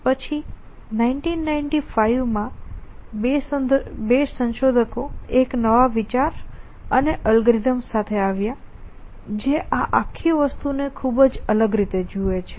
પછી 1995 માં બે સંશોધકો એક નવા વિચાર અને અલ્ગોરિધમ્સ સાથે આગળ આવ્યા જે આ આખી વસ્તુને ખૂબ જ અલગ રીતે જુએ છે